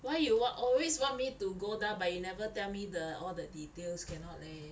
why you wa~ always want me to go down but you never tell me the all the details cannot leh